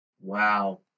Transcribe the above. Wow